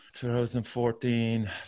2014